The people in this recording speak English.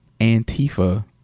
Antifa